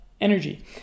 energy